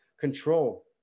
control